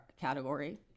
category